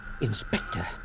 Inspector